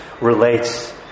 Relates